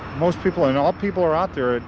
most people, and all people are out there,